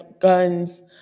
guns